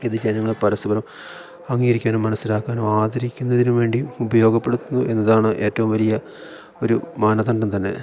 ഇത് ജനങ്ങൾ പരസ്പരം അംഗീകരിക്കാനും മനസ്സിലാക്കാനും ആദരിക്കുന്നതിന് വേണ്ടി ഉപയോഗപ്പെടുത്തുന്നു എന്നതാണ് ഏറ്റവും വലിയ ഒരു മാനദണ്ഡം തന്നെ